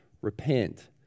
Repent